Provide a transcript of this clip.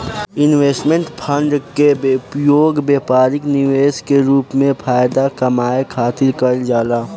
investment fund के उपयोग व्यापारी निवेश के रूप में फायदा कामये खातिर कईल जाला